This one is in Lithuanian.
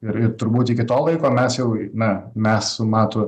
ir ir turbūt iki to laiko mes jau na mes su matu